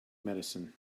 medicine